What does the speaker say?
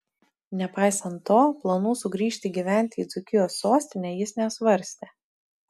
nepaisant to planų sugrįžti gyventi į dzūkijos sostinę jis nesvarstė